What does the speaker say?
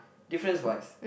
difference wise